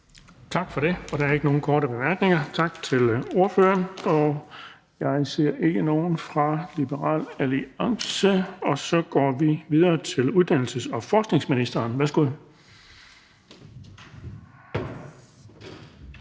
Tak for det. Der er ikke nogen korte bemærkninger. Tak til ordføreren. Og jeg ser ikke nogen fra Liberal Alliance, og så går vi videre til uddannelses- og forskningsministeren. Værsgo.